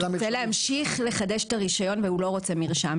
רוצה להמשיך לחדש את הרישיון והוא לא רוצה מרשם.